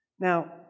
Now